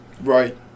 Right